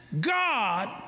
God